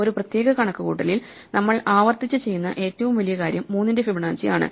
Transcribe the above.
ഈ പ്രത്യേക കണക്കുകൂട്ടലിൽ നമ്മൾ ആവർത്തിച്ച് ചെയ്യുന്ന ഏറ്റവും വലിയ കാര്യം 3 ന്റെ ഫിബൊനാച്ചി ആണ്